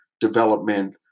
development